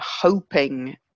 hoping